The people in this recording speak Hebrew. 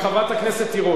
חברת הכנסת תירוש,